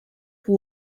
who